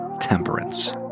temperance